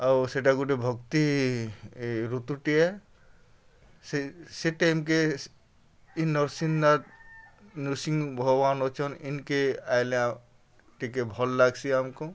ଆଉ ସେଟା ଗୁଟେ ଭକ୍ତି ଋତୁଟେ ସେ ଟାଇମ୍କେ ଇନ ନରସିଂହନାଥ୍ ନର୍ସିଂ ଭଗବାନ୍ ଅଛନ୍ ଇନ୍କେ ଆଏଲେ ଟିକେ ଭଲ୍ ଲାଗ୍ସି ଆମ୍କୁ